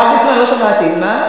הרב ליצמן, לא שמעתי, מה?